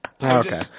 okay